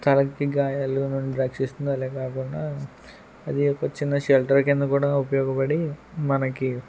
తలకి గాయాల నుండి రక్షిస్తుంది అలాగేకాకుండా అది ఒక చిన్నషెల్టర్ కిందగా కూడా ఉపయోగపడి మనకి